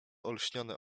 olśnione